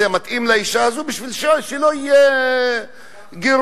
מתאים לאשה הזו בשביל שלא יהיו גירושין?